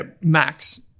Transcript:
Max